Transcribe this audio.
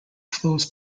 flows